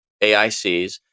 AICs